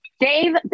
Dave